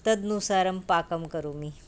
तदनुसारं पाकं करोमि